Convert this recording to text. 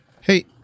Hey